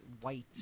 white